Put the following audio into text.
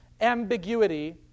ambiguity